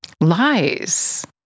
Lies